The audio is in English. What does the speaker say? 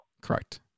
Correct